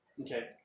Okay